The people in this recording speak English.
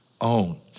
Own